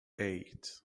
eight